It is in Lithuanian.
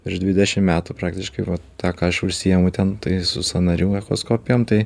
virš dvidešim metų praktiškai vat tą ką aš užsiimu ten tai su sąnarių echoskopijom tai